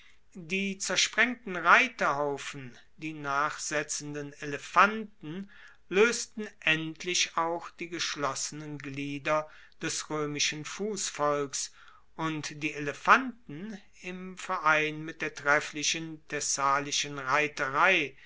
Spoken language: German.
die zersprengten reiterhaufen die nachsetzenden elefanten loesten endlich auch die geschlossenen glieder des roemischen fussvolks und die elefanten im verein mit der trefflichen thessalischen reiterei